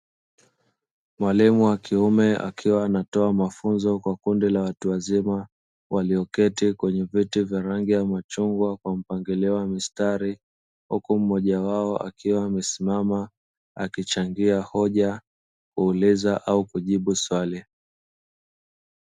Mwalimu wa kiume akiwa anatoa mafunzo kwa kundi la watu wazima, walioketi kwenye viti vya rangi ya machungwa kwa mpangilio wa mistari, huku mmoja wao akiwa amesimama akichangia hoja, kueleza au kujibu swali.